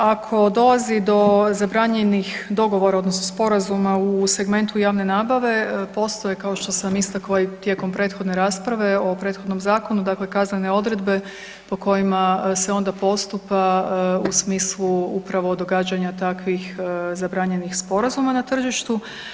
Ako dolazi do zabranjenih dogovora odnosno sporazuma u segmentu javne nabave postoje kao što sam istakla i tijekom prethodne rasprave o prethodnom zakonu, dakle kaznene odredbe po kojima se onda postupa u smislu upravo događanja takvih zabranjenih sporazuma na tržištu.